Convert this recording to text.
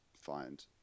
find